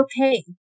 okay